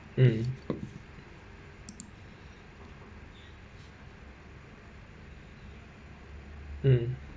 mm mm